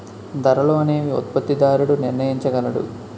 ధరలు అనేవి ఉత్పత్తిదారుడు నిర్ణయించగలడు